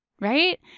right